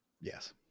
Yes